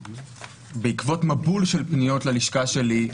בעקבות מבול של פניות ללשכה שלי,